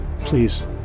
Please